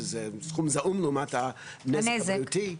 שזה סכום זעום לעומת הנזק הבריאותי?